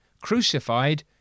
Crucified